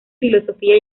filosofía